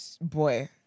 boy